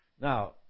Now